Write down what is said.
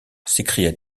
s’écria